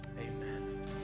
Amen